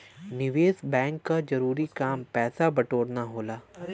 निवेस बैंक क जरूरी काम पैसा बटोरना होला